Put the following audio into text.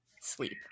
sleep